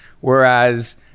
Whereas